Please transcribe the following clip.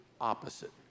opposite